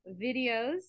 videos